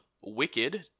Wicked